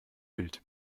bild